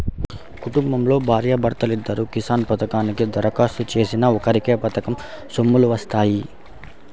కుటుంబంలో భార్యా భర్తలిద్దరూ కిసాన్ పథకానికి దరఖాస్తు చేసినా ఒక్కరికే పథకం సొమ్ములు వత్తాయి